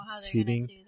seating